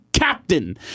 captain